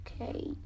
Okay